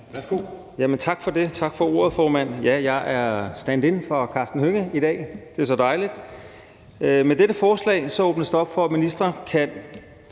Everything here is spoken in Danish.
Tak for det, og tak for ordet, formand. Ja, jeg er standin for Karsten Hønge i dag; det er så dejligt. Med dette forslag åbnes der op for, at ministre, som